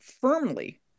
firmly